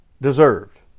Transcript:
deserved